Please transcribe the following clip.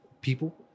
people